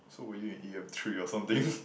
so were you in e_m three or something